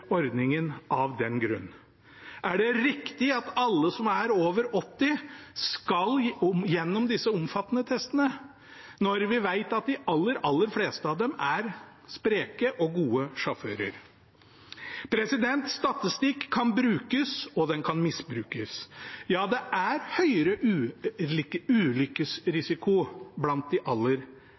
ordningen av den grunn? Er det riktig at alle som er over 80 år, skal gjennom disse omfattende testene, når vi vet at de aller, aller fleste av dem er spreke og gode sjåfører? Statistikk kan brukes, og den kan misbrukes. Ja, det er høyere ulykkesrisiko blant de aller